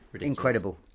Incredible